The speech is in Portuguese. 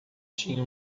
tinha